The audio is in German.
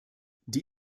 die